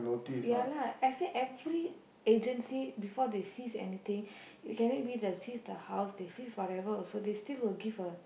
ya lah I say every agency before they cease anything can it be it they cease the house they cease whatever also they still will give a